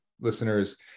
listeners